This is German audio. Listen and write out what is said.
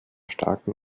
starken